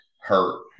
hurt